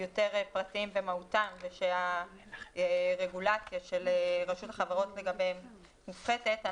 פרטיים במהותם ושהרגולציה של רשות החברות לגביהם מופחתת,